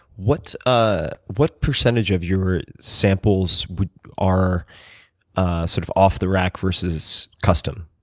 what ah what percentage of your samples are sort of off the rack versus custom?